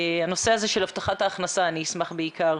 הנושא של הבטחת ההכנסה, אני אשמח בעיקר